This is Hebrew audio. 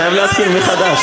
אני חייב להתחיל מחדש.